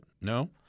No